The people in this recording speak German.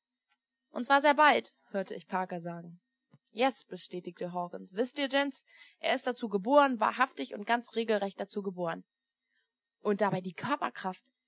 und zwar sehr bald hörte ich parker sagen yes bestätigte hawkens wißt ihr gents er ist dazu geboren wahrhaftig und ganz regelrecht dazu geboren und dabei die körperkraft